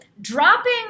dropping